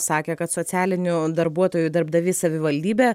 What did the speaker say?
sakė kad socialinių darbuotojų darbdavys savivaldybė